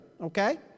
okay